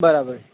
બરાબર